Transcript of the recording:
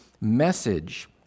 message